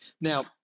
Now